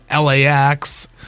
LAX